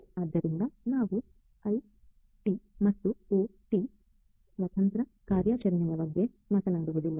ಆದ್ದರಿಂದ ನಾವು ಐಟಿ ಮತ್ತು ಒಟಿ ಸ್ವತಂತ್ರ ಕಾರ್ಯಾಚರಣೆಯ ಬಗ್ಗೆ ಮಾತನಾಡುವುದಿಲ್ಲ